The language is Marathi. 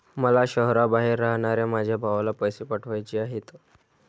मला शहराबाहेर राहणाऱ्या माझ्या भावाला पैसे पाठवायचे आहेत